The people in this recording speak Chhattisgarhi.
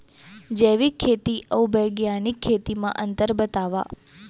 जैविक खेती अऊ बैग्यानिक खेती म अंतर बतावा?